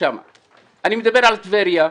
אני מדבר על טבריה,